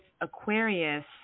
Aquarius